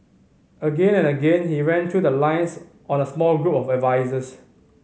again and again he ran through the lines on a small group of advisers